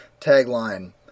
Tagline